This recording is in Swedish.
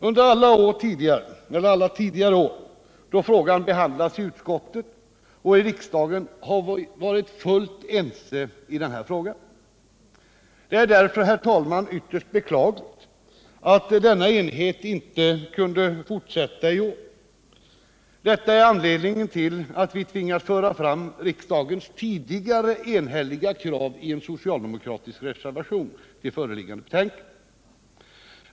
Under alla år tidigare då frågan behandlats i utskottet och i riksdagen har vi varit fullt ense i denna fråga. Det är därför ytterst beklagligt att denna enighet inte kunde fortsätta i år. Detta är anledningen till att vi tvingas föra fram riksdagens tidigare enhälliga krav i en reservation till det föreliggande betänkandet.